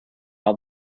all